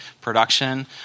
production